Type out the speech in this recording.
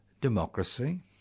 democracy